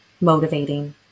motivating